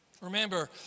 Remember